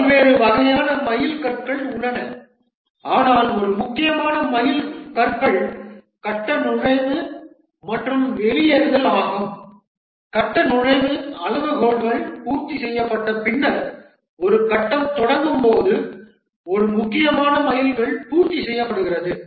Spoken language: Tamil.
பல்வேறு வகையான மைல்கற்கள் உள்ளன ஆனால் ஒரு முக்கியமான மைல்கற்கள் கட்ட நுழைவு மற்றும் வெளியேறுதல் ஆகும் கட்ட நுழைவு அளவுகோல்கள் பூர்த்தி செய்யப்பட்ட பின்னர் ஒரு கட்டம் தொடங்கும் போது ஒரு முக்கியமான மைல்கல் பூர்த்தி செய்யப்படுகிறது